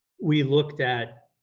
we looked at